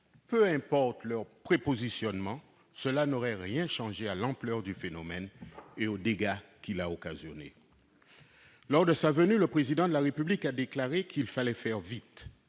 qu'ait été leur prépositionnement, il n'aurait rien changé à l'ampleur du phénomène et aux dégâts occasionnés. Lors de sa venue, le Président de la République a déclaré qu'il fallait faire vite,